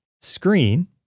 screen